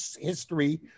history